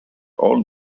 all